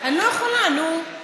אני לא יכולה, נו.